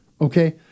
okay